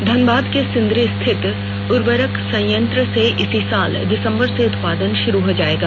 धनबाद के सिंदरी स्थित ऊर्वरक संयंत्र से इसी साल दिसंबर से उत्पादन शुरू हो जाएगा